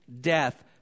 death